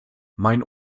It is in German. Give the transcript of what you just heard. mein